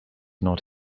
not